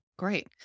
Great